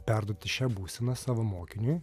perduoti šią būseną savo mokiniui